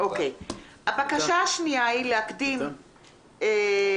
הבקשה השנייה היא להקדים מחר,